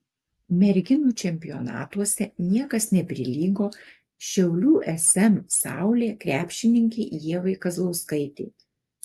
merginų čempionatuose niekas neprilygo šiaulių sm saulė krepšininkei ievai kazlauskaitei